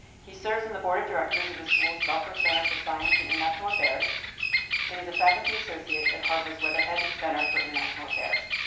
he serves on the board of directors of the school's belfer center for science and international affairs and is a faculty associate at harvard's weatherhead center for international affairs.